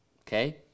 okay